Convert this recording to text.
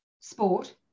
sport